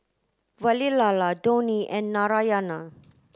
Vavilala Dhoni and Narayana